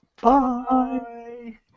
Bye